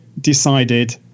decided